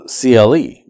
CLE